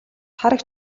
тараг